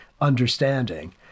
understanding